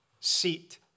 seat